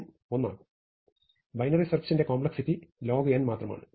binary സെർച്ചിന്റെ complexity log n മാത്രമാണ്